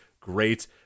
Great